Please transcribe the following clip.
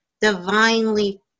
divinely